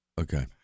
Okay